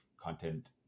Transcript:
content